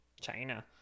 China